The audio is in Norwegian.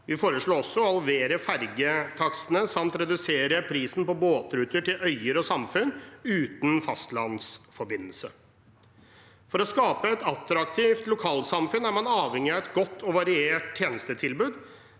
Vi foreslår også å halvere fergetakstene samt å redusere prisen på båtruter til øyer og samfunn uten fastlandsforbindelse. For å skape et attraktivt lokalsamfunn er man avhengig av et godt og variert tjenestetilbud.